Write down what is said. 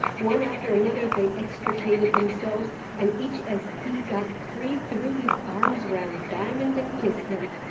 one after another they extricated themselves, and each as he got free threw his arms round diamond and kissed him.